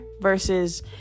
versus